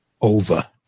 over